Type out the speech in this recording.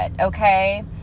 okay